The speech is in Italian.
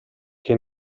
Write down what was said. che